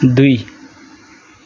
दुई